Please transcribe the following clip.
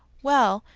well,